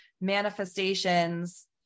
manifestations